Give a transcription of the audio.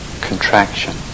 contraction